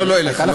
לא, לא, לא אליך.